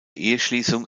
eheschließung